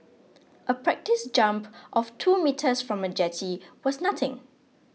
a practice jump of two metres from a jetty was nothing